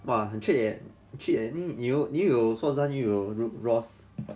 !wah! 很 trick leh trick leh 你有你有 suasan 又有 euro ross